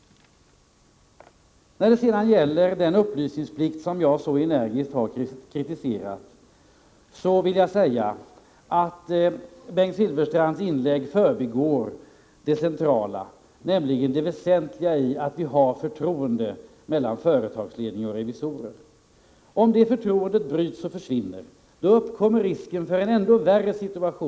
Beträffande den upplysningsplikt, som jag så energiskt har kritiserat, vill jag säga att Bengt Silfverstrand i sitt inlägg förbigår det centrala, nämligen det väsentliga i att det finns ett förtroende mellan företagsledning och revisorer. Om det förtroendet bryts och försvinner, uppkommer risken för en ännu värre situation.